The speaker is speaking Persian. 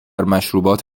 مشروبات